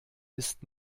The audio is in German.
ist